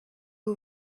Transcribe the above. who